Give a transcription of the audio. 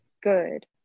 good